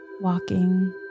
walking